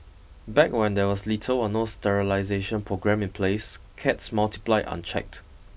back when there was little or no sterilization program in place cats multiplied unchecked